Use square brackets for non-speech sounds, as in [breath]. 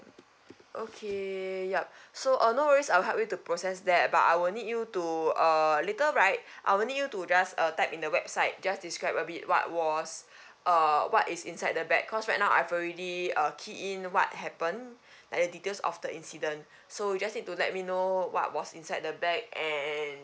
okay yup [breath] so uh no worries I'll help you to process that but I will need you to uh later right [breath] I'll need you to just uh type in the website just describe a bit what was [breath] uh what is inside the bag cause right now I've already uh key in what happened [breath] like the details of the incident [breath] so you just need to let me know what was inside the bag and